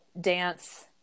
dance